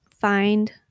find